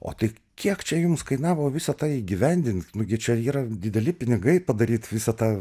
o tai kiek čia jums kainavo visa tai įgyvendint nugi čia yra dideli pinigai padaryt visą tą